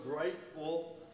grateful